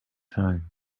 time